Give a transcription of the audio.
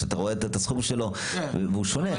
שאתה רואה את הסכום שלו והוא שונה.